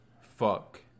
fuck